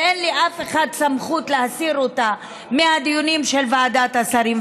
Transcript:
ואין לאף אחד סמכות להסיר אותה מהדיונים של ועדת השרים.